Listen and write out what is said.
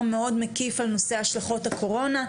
מאוד מקיף על נושא השלכות הקורונה,